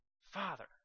Father